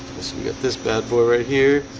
so we got this bad boy right here